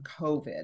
COVID